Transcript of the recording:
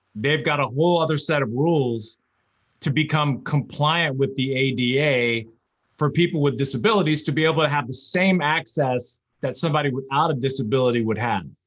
they've got a whole other set of rules to become compliant with the ada for people with disabilities to be able to have the same access that somebody without a disability would have.